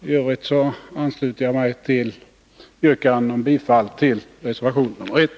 I övrigt ansluter jag mig till yrkandena om bifall till reservation nr 1.